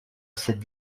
cette